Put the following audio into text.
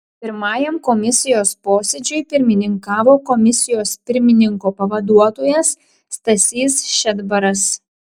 pirmajam komisijos posėdžiui pirmininkavo komisijos pirmininko pavaduotojas stasys šedbaras